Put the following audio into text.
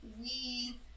we-